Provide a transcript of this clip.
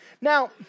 Now